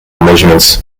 measurements